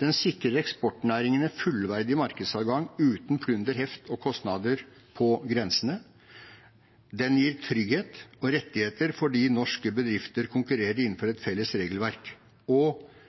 Den sikrer eksportnæringene fullverdig markedsadgang uten plunder, heft og kostnader på grensene. Den gir trygghet og rettigheter fordi norske bedrifter konkurrerer innenfor et felles regelverk, og